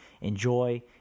enjoy